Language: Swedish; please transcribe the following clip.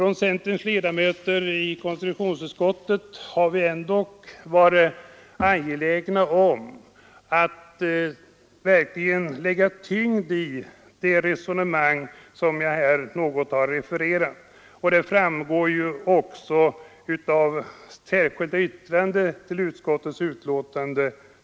Vi centerledamöter i konstitutionsutskottet har ändock varit angelägna om att verkligen lägga vikt vid det resonemang som jag här något har refererat, och det framgår ju också av det särskilda yttrandet nr 1 vid utskottets betänkande.